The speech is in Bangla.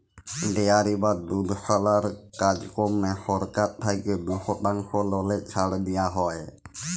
ডেয়ারি বা দুধশালার কাজকম্মে সরকার থ্যাইকে দু শতাংশ ললে ছাড় দিয়া হ্যয়